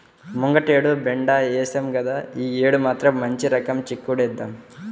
ముంగటేడు బెండ ఏశాం గదా, యీ యేడు మాత్రం మంచి రకం చిక్కుడేద్దాం